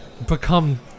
Become